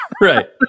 right